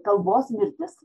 kalbos mirtis